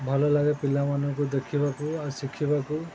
ଭଲ ଲାଗେ ପିଲାମାନଙ୍କୁ ଦେଖିବାକୁ ଆଉ ଶିଖିବାକୁ